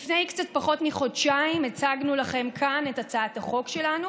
לפני קצת פחות מחודשיים הצגנו לכם כאן את הצעת החוק שלנו,